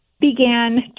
began